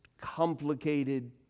complicated